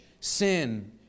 sin